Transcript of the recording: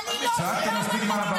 חבר הכנסת כסיף, צעקת מספיק מהבמה.